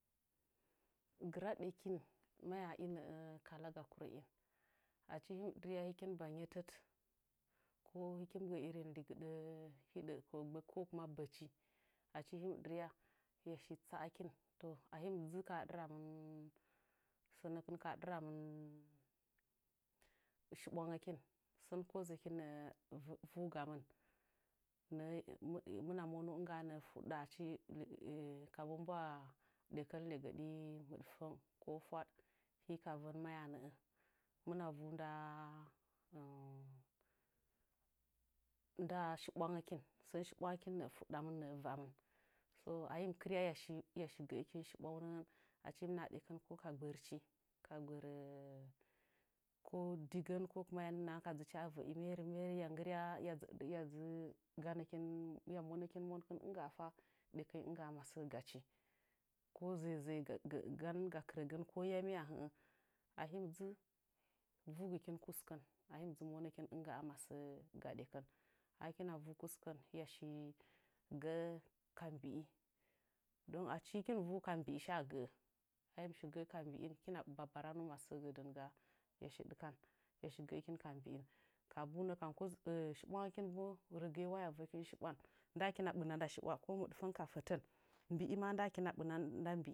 Gɨra ɗekin maya maya inəə kalaga kurə'in achi himɨ ɗɨrya hɨkin baa nyetət ko hɨk mɨ gə irin legɨɗə hiɗə ko gbək ko kuma bechi achi him ɗe rya hɨya shi tsakinto achi hin dzi kaha ɗɨramɨn shibwangəkin sən kozəkin nəə vu yugamɨn nəə hɨmɨna hɨmɨna monu nɨngga'a nəə fuɗaa achi kabu mbwa'a ɗekən legəɗi mɨɗfəng ko fwaɗ hika vən maya nəə hɨmɨna vu nda nda shibwangəkin sən shi ɓwangəkin nəə fuɗamin nəə vamin so ahim kɨrya hɨya shi shi gə'əkin shibwaunəngə achi him naha ɗekən ko ka gbərchi ka gbərə ko di gən ko kuma ka dzichi a vəi meremere hiya nggɨrya hiya dzɨ hɨya dzɨ ganə kin hɨya monəkin monakɨn nɨngga'afa nɨnggaa ɗekeinyi nɨnggaa masə gachi ko zei zei gagangan duga kɨrəagən yami ahed a him dzi vugɨkin kuskən ahim dzi monəkin ningga'a masə ga ɗekən akina vu kuskənhɨya shi gə'ə ka mbii don achi lɨkin mɨ yu ka mbi'i sha gəə a him shi gəə ka mblin hɨkina baba ranu masə gədɨnga'a hɨya shi ɗɨkan hɨya shi gəkin ka mbii kabu nəkam shibwangəkin bo rəgɨyewa hɨya vəkin shibwan nda kina sɨna nda shibwa ko miɗfəng ka fətən mbiliin ma ndakina ɓɨna nda mbi'i.